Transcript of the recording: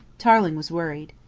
tarling was worried.